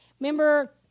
Remember